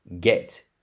get